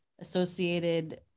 associated